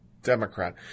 Democrat